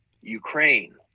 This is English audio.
Ukraine